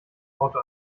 auto